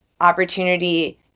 opportunity